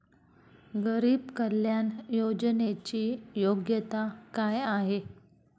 गरीब कल्याण योजनेची योग्यता काय आहे?